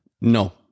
No